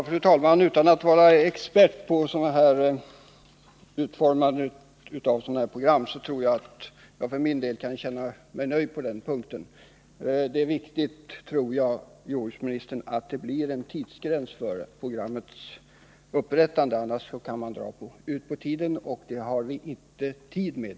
Fru talman! Utan att vara expert på utformandet av sådana här program tror jag att jag för min del kan känna mig nöjd på den punkten. Det är viktigt, herr jordbruksminister, att det blir en tidsgräns för programmets upprättande — annars kan det dröja, och det har vi inte tid med.